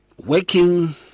working